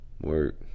Work